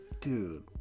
Dude